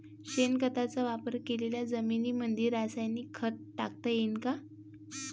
शेणखताचा वापर केलेल्या जमीनीमंदी रासायनिक खत टाकता येईन का?